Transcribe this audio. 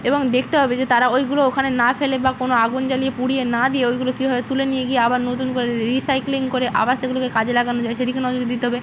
এবং দেখতে হবে যে তারা ওইগুলো ওখানে না ফেলে বা কোনো আগুন জ্বালিয়ে পুড়িয়ে না দিয়ে ওইগুলো কীভাবে তুলে নিয়ে গিয়ে আবার নতুন করে রিসাইক্লিং করে আবার সেগুলোকে কাজে লাগানো যায় সেদিকে নজর দিতে হবে